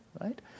right